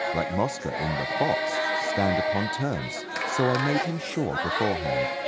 like mosca in the fox, stand upon terms so i made him sure beforehand.